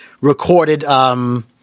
recorded